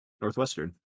northwestern